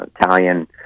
italian